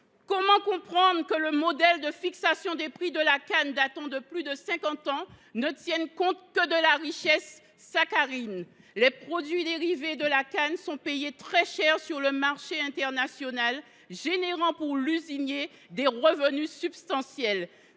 Comment comprendre que le modèle de fixation des prix de la canne datant de plus de cinquante ans ne tienne compte que de la richesse en saccharine ? Les produits dérivés de la canne sont pourtant vendus très cher sur le marché international, générant pour l’usinier des revenus substantiels